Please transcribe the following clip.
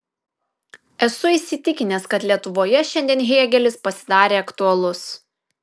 esu įsitikinęs kad lietuvoje šiandien hėgelis pasidarė aktualus